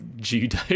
judo